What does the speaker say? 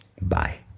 bye